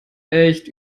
echt